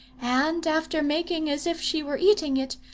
and after making as if she were eating it,